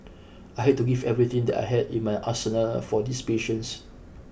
I had to give everything that I had in my arsenal for these patients